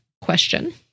question